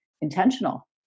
intentional